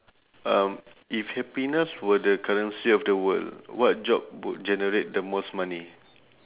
um if happiness were the currency of the world what job would generate the most money